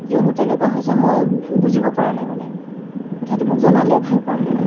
কিয়নো তেনেকুৱা হৈছে মই বুজিব পৰা নাই মানে কথাটো মোক জনালে ভাল পাম